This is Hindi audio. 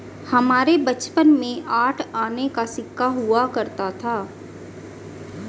हमारे बचपन में आठ आने का सिक्का हुआ करता था